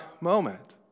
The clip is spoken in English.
moment